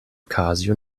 casio